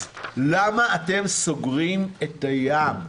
למה אתם סוגרים את הים?